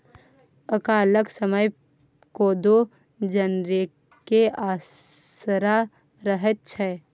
अकालक समय कोदो जनरेके असरा रहैत छै